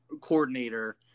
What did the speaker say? coordinator